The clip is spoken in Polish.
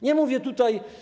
Nie mówię tutaj.